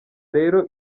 rero